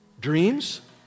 Dreams